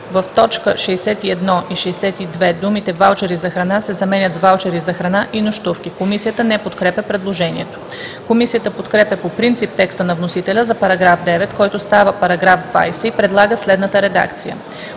В т. 61 и 62 думите „ваучери за храна“ се заменят с „ваучери за храна и нощувки“.“ Комисията не подкрепя предложението. Комисията подкрепя по принцип текста на вносителя за § 9, който става § 20, и предлага следната редакция: